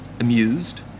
amused